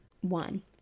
one